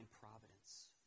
providence